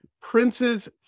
Prince's